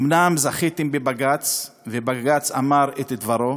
אומנם זכיתם בבג"ץ, ובג"ץ אמר את דברו,